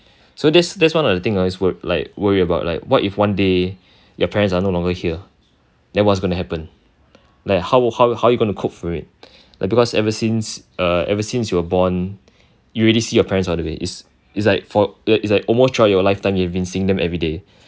so this that's one of the thing I always wo~ like worry about like what if one day your parents are no longer here then what's gonna happen like how how how you gonna cope with it like because ever since uh ever since you're born you already see your parents all the way is like for is like is like almost throughout your lifetime you have been seeing them everyday